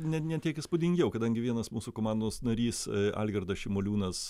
ne ne tiek įspūdingiau kadangi vienas mūsų komandos narys algirdas šimoliūnas